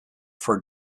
for